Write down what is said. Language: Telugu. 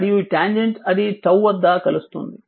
మరియు ఈ ట్యాంజెంట్ అది T వద్ద కలుస్తుంది